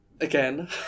Again